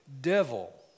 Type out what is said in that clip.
devil